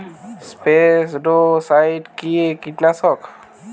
স্পোডোসাইট কি কীটনাশক?